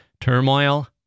Turmoil